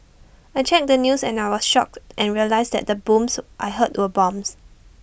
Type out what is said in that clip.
I checked the news and I was shocked and realised that the booms I heard were bombs